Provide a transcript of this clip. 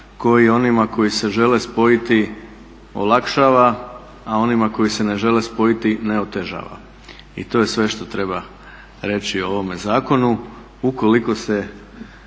koji onima koji se žele spojiti olakšava, a onima koji se ne žele spojiti ne otežava i to je sve što treba reći o ovome zakonu. Ukoliko se